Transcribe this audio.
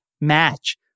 match